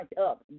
up